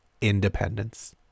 independence